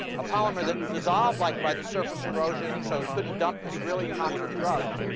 a polymer that dissolved, like by the surface erosion. so it couldn't dump this really toxic drug.